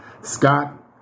Scott